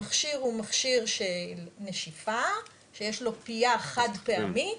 המכשיר הוא מכשיר של נשיפה, שיש לו פיה חד פעמית,